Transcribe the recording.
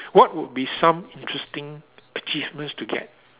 what would be some interesting achievements to get